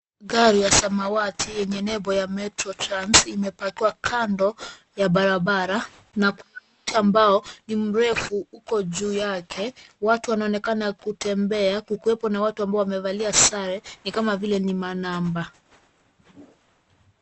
Gari ya samawati yenye nembo ya Metro Trans imepakiwa kando ya barabara na kuna mti ambao ni mrefu uko juu yake. Watu wanaonekana kutembea kukiwepo na watu ambao wamevalia sare ni kama vile ni manamba.